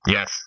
Yes